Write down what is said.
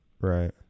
Right